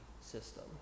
system